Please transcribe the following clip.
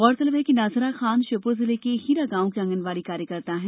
गौरतलब है कि नाजिरा खान श्योपुर जिले के हीरा गाँव की आँगनवाड़ी कार्यकर्ता हैं